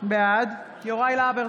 בעד יוראי להב הרצנו,